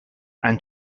and